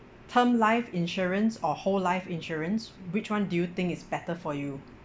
term life insurance or whole life insurance which [one] do you think is better for you